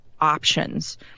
options